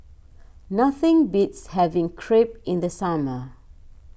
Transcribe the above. nothing beats having Crepe in the summer